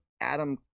Adam